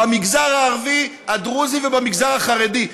במגזר הערבי הדרוזי ובמגזר החרדי.